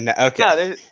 okay